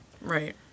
Right